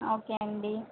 okay అండి